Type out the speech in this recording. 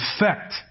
effect